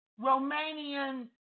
Romanian